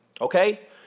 Okay